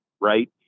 Right